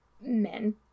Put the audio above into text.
men